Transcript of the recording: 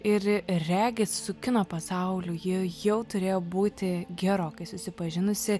ir regis su kino pasauliu ji jau turėjo būti gerokai susipažinusi